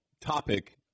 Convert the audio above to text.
topic